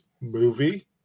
movie